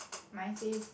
mine says